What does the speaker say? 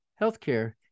healthcare